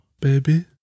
Baby